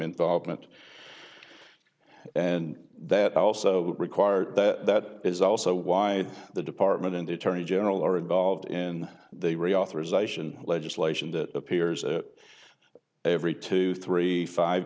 involvement and that also required that is also why the department and attorney general are involved in they re authorization legislation that appears it every two three five